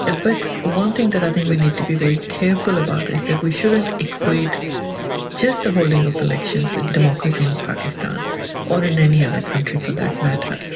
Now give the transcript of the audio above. ah but one thing that i think we need to be very careful about is that we shouldn't equate just the holding of elections with democracy in pakistan or in any other country for that matter.